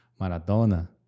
Maradona